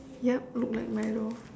yup look like Milo